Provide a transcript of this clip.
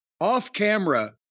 off-camera